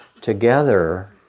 together